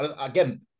again